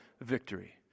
victory